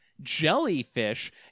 jellyfish